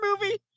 movie